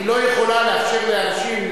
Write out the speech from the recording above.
היא לא יכולה לאפשר לאנשים,